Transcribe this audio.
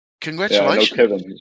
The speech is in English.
Congratulations